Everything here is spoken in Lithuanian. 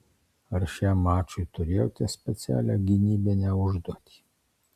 ar šiam mačui turėjote specialią gynybinę užduotį